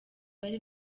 bari